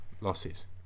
losses